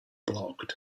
blocked